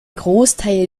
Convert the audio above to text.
großteil